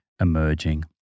emerging